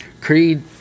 creed